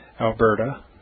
Alberta